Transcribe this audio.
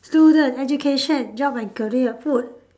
student education job and career food